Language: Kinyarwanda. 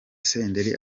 senderi